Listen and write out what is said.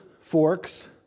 forks